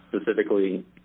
Specifically